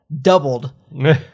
doubled